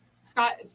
scott